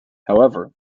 however